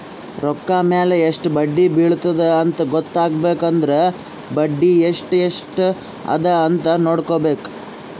ರೊಕ್ಕಾ ಮ್ಯಾಲ ಎಸ್ಟ್ ಬಡ್ಡಿ ಬಿಳತ್ತುದ ಅಂತ್ ಗೊತ್ತ ಆಗ್ಬೇಕು ಅಂದುರ್ ಬಡ್ಡಿ ಎಸ್ಟ್ ಎಸ್ಟ್ ಅದ ಅಂತ್ ನೊಡ್ಕೋಬೇಕ್